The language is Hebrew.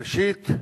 ראשית,